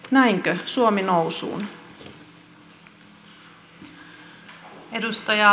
näinkö suomi nousuun